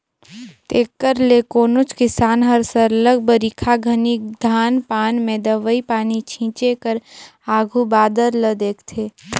तेकर ले कोनोच किसान हर सरलग बरिखा घनी धान पान में दवई पानी छींचे कर आघु बादर ल देखथे